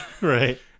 Right